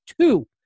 two